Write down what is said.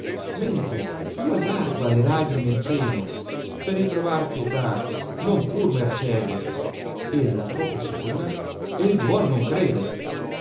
mentre più allargo alle lagrime il freno per ritrovar pietà non pur mercede ella poco si cura e il duol non crede